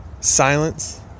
silence